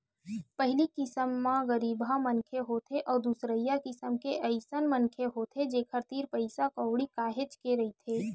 पहिली किसम म गरीबहा मनखे होथे अउ दूसरइया किसम के अइसन मनखे होथे जेखर तीर पइसा कउड़ी काहेच के रहिथे